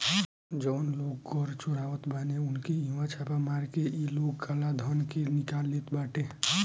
जवन लोग कर चोरावत बाने उनकी इहवा छापा मार के इ लोग काला धन के निकाल लेत बाटे